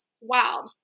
wow